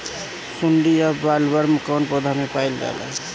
सुंडी या बॉलवर्म कौन पौधा में पाइल जाला?